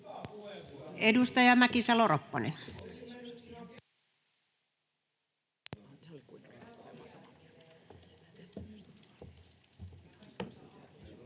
Edustaja Mäkisalo-Ropponen.